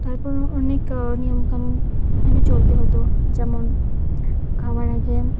তারপর অনেক নিয়মকানুন মেনে চলতে হতো যেমন খাওয়ার আগে